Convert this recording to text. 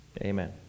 Amen